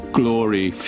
glory